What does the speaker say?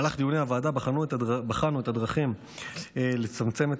במהלך דיוני הוועדה בחנו את הדרכים לצמצם את